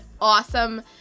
awesome